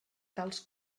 tals